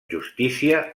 justícia